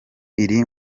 iri